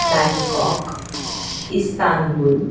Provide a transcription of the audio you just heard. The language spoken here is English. Bangkok Istanbul